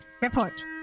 Report